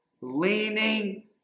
leaning